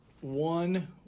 One